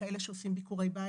כאלה שעושים ביקורי בית.